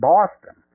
Boston